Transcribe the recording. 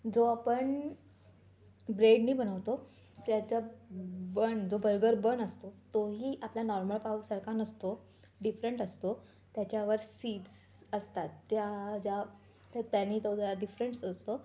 जो आपण ब्रेडने बनवतो त्याचा बन जो बर्गर बन असतो तो ही आपल्या नॉर्मल पावसारखा नसतो डिफरंट असतो त्याच्यावर सीड्स असतात त्या ज्या तर त्यानी तो जरा डिफरंट्स असतो